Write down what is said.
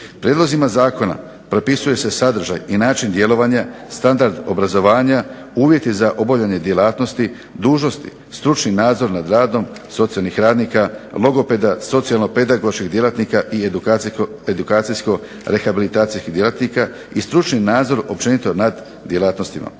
Prijedlozima zakona propisuje se sadržaj i način djelovanja, standard obrazovanja, uvjeti za obavljanje djelatnosti, dužnosti, stručni nadzor nad radom socijalnih radnika, logopeda, socijalno-pedagoških djelatnika i edukacijsko-rehabilitacijskih djelatnika, i stručni nadzor općenito nad djelatnostima.